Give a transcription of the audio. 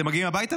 אתם מגיעים הביתה?